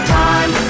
time